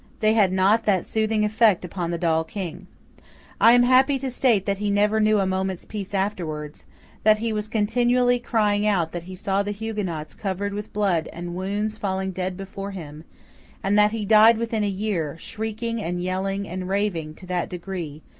they had not that soothing effect upon the doll-king. i am happy to state that he never knew a moment's peace afterwards that he was continually crying out that he saw the huguenots covered with blood and wounds falling dead before him and that he died within a year, shrieking and yelling and raving to that degree,